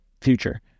future